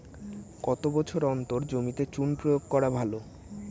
কত বছর অন্তর জমিতে চুন প্রয়োগ করা ভালো?